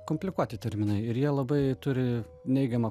komplikuoti terminai ir jie labai turi neigiamą